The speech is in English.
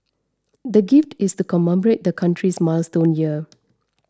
the gift is to commemorate the country's milestone year